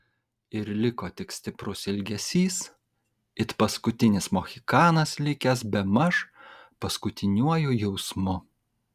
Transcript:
ir liko tik stiprus ilgesys it paskutinis mohikanas likęs bemaž paskutiniuoju jausmu